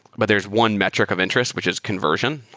but there's one metric of interest, which is conversion.